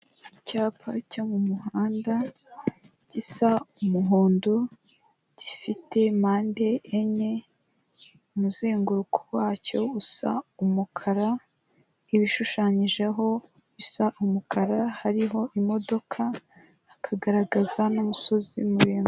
Icyapa cyo mu muhanda gisa umuhondo, gifite mpande enye, umuzenguruko wacyo usa umukara, ibishushanyijeho bisa umukara, hariho imodoka hakagaragaza n'umusozi muremure.